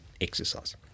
exercise